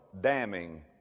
damning